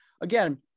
Again